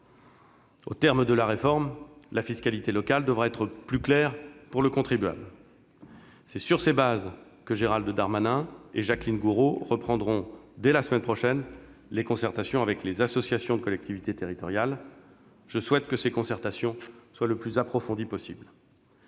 au terme de la réforme, la fiscalité locale devra être plus claire pour le contribuable. C'est sur ces bases que Gérald Darmanin et Jacqueline Gourault reprendront, dès la semaine prochaine, les concertations avec les associations de collectivités territoriales. Je souhaite que celles-ci soient le plus approfondies possible.